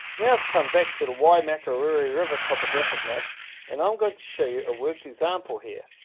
now i've come back to the waimakariri river topographic map and i'm going to show you a worked example here.